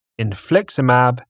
infliximab